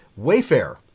Wayfair